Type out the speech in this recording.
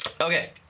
Okay